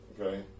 Okay